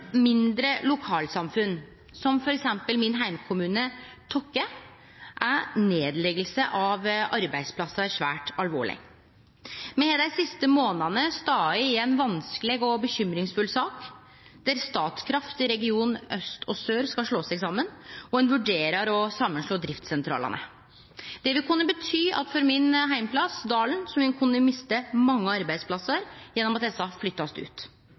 mindre lokalsamfunn, som f.eks. min heimkommune Tokke, er nedlegging av arbeidsplassar svært alvorleg. Me har dei siste månadene stått i ei vanskeleg og bekymringsfull sak der Statkraft i regionane aust og vest skal slå seg saman, og ein vurderer å slå saman driftssentralane. Det vil kunne bety at min heimplass, Dalen, vil kunne miste mange arbeidsplassar ved at desse blir flytta ut.